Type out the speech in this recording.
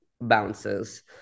bounces